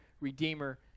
Redeemer